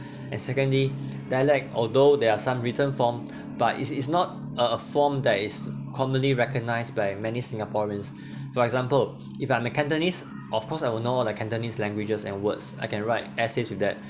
and secondly dialect although there are some written form but it's it's not a a form that is commonly recognised by many singaporeans for example if I'm a cantonese of course I will know like cantonese languages and words I can write essays with that